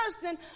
person